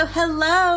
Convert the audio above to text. hello